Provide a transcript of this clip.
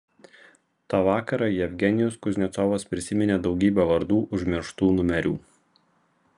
tą vakarą jevgenijus kuznecovas prisiminė daugybė vardų užmirštų numerių